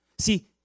See